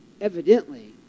evidently